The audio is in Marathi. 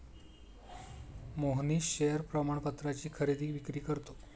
मोहनीश शेअर प्रमाणपत्राची खरेदी विक्री करतो